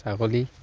ছাগলী